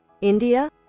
india